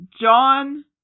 John